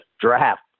draft